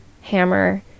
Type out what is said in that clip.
hammer